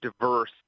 diverse